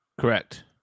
correct